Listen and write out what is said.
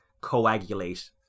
coagulate